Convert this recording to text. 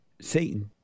Satan